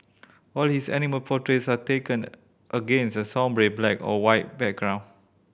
all his animal portraits are taken against a sombre black or white background